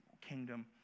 kingdom